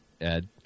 Ed